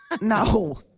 no